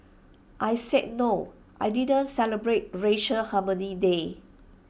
I said no I didn't celebrate racial harmony day